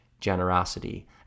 generosity